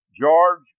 George